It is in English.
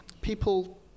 people